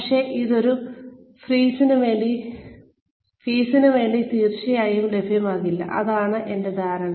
പക്ഷേ അത് ഒരു ഫീസിന് വേണ്ടി തീർച്ചയായും ലഭ്യമാകില്ല അതാണ് എന്റെ ധാരണ